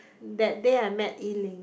that day I met Yi-Ling